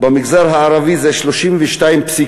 ובמגזר הערבי זה 32.9,